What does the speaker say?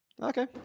Okay